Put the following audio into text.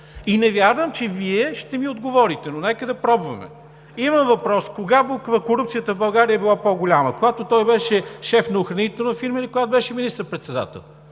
и не вярвам, че Вие ще ми отговорите. Нека обаче да пробваме. Имам въпрос: кога корупцията в България е била по-голяма? Когато той беше шеф на охранителна фирма или когато беше министър-председател?